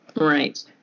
Right